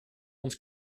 ons